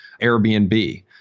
Airbnb